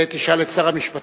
את זה תשאל את שר המשפטים.